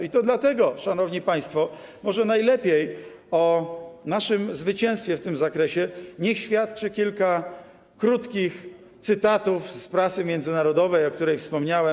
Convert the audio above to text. I to dlatego, szanowni państwo, może najlepiej o naszym zwycięstwie w tym zakresie świadczy kilka krótkich cytatów z prasy międzynarodowej, o której wspomniałem.